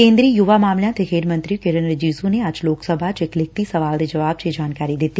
ਕੇਦਰੀ ਯੁਵਾ ਮਾਮਲਿਆਂ ਤੇ ਖੇਡ ਮੰਤਰੀ ਕਿਰੇਨ ਰਿਜੀਜੂ ਨੇ ਅੱਜ ਲੋਕ ਸਭਾ ਚ ਇਕ ਲਿਖਤੀ ਸਵਾਲ ਦੇ ਜਵਾਬ ਚ ਇਹ ਜਾਣਕਾਰੀ ਦਿੱਤੀ